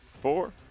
four